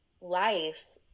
life